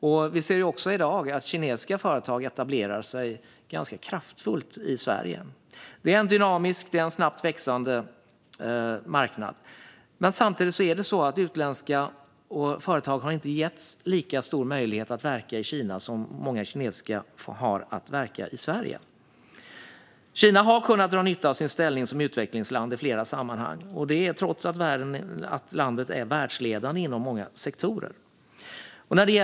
I dag etablerar sig också kinesiska företag rätt kraftfullt i Sverige. Det är en dynamisk och snabbt växande marknad. Samtidigt har utländska företag inte getts lika stor möjlighet att verka i Kina som många kinesiska företag har i Sverige. Kina har i många sammanhang kunnat dra nytta av sin ställning som utvecklingsland - trots att landet är världsledande inom många sektorer.